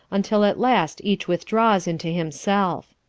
until at last each withdraws into himself.